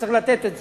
צריך לתת את זה,